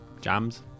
jams